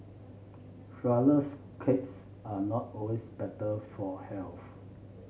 flourless cakes are not always better for health